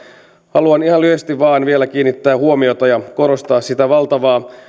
haluan vain ihan lyhyesti vielä kiinnittää huomiota ja korostaa sitä valtavaa